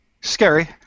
Scary